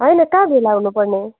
होइन कहाँ भेला हनुपर्ने